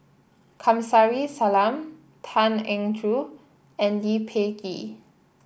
Kamsari Salam Tan Eng Joo and Lee Peh Gee